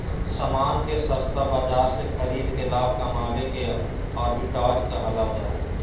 सामान के सस्ता बाजार से खरीद के लाभ कमावे के आर्बिट्राज कहल जा हय